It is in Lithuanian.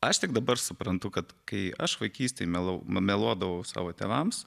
aš tik dabar suprantu kad kai aš vaikystėj melau meluodavau savo tėvams